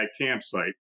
campsite